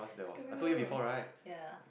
screw you ya